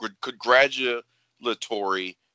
congratulatory